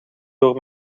door